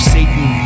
Satan